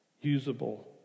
usable